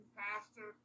pastor